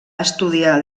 estudiar